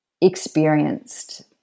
experienced